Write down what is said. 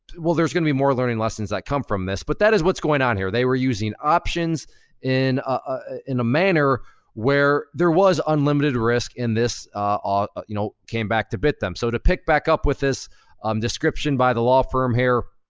well, there's gonna be more learning lessons that come from this. but that is what's going on here. they were using options in ah in a manner where there was unlimited risk, and this ah ah you know came back to bit them. so to pick back up with this um description by the law firm here,